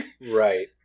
Right